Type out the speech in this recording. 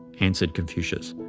answered confucius,